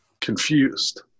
confused